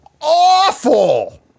awful